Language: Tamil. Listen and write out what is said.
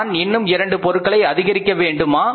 நான் இன்னும் இரண்டு பொருட்களை அதிகரிக்க வேண்டுமா